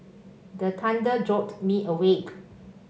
the thunder jolt me awake